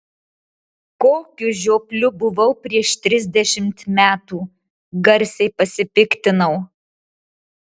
kokiu žiopliu buvau prieš trisdešimt metų garsiai pasipiktinau